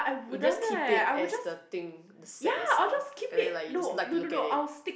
we'll just keep it as the thing the set itself and then like you just like to look at it